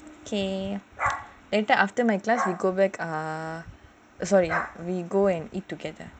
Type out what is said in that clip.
K later after my class we go back ah sorry err we go and eat together